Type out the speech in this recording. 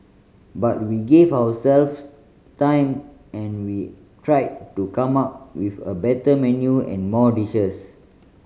but we gave ourselves time and we tried to come up with a better menu and more dishes